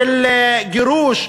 של גירוש,